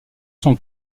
son